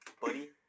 Buddy